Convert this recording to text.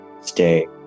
Stay